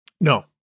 No